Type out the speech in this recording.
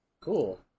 Cool